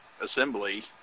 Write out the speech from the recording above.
assembly